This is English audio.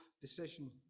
decision